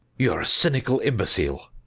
you are a cynical imbecile.